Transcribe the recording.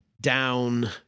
down